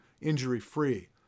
injury-free